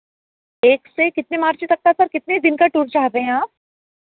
एक से कितने मार्च तक का सर कितने दिन का टूर चाहते हैं आप